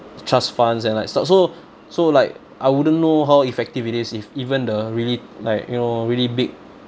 trust funds and like stuff so so like I wouldn't know how effective it is if even the really like you know really big